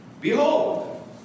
behold